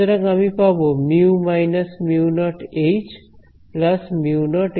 সুতরাং আমি পাবো μ − μ0H μ0Hs